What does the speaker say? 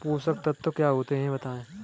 पोषक तत्व क्या होते हैं बताएँ?